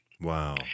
Wow